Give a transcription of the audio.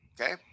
Okay